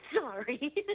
sorry